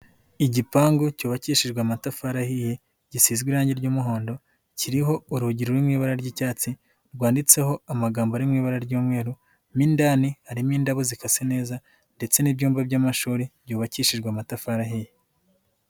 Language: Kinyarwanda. Igipangu cyubakishijwe amatafari ahiye gisizwe irangi ry'umuhondo kiriho urugi ruri mu ibara ry'icyatsi rwanditseho amagambo ari mu ibara ry'umweru, mo indani harimo indabo zikase neza ndetse n'ibyumba by'amashuri byubakishijwe amatafari ahiye.